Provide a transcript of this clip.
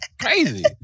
crazy